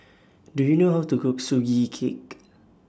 Do YOU know How to Cook Sugee Cake